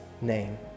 name